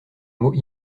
mot